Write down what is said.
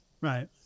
Right